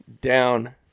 down